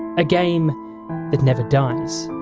a game that never dies.